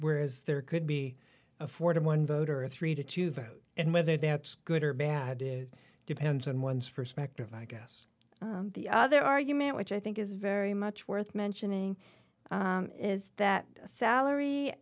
where is there could be afforded one voter a three to two vote and whether that's good or bad it depends on one's perspective i guess the other argument which i think is very much worth mentioning is that salary